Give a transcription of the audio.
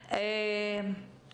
בעיקר על היגיינה של רחצת ידיים ולא צריך